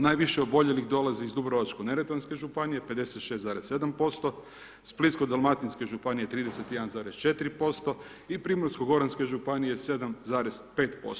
Najviše oboljelih dolazi i Dubrovačko-neretvanske županije, 56,7%, Splitsko-dalmatinske županije 31,4% i Primorsko-goranske županije 7,5%